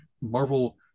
Marvel